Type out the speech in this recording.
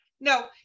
no